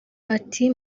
ati